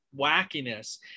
wackiness